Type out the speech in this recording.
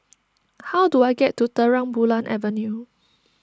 how do I get to Terang Bulan Avenue